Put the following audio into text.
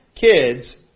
kids